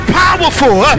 powerful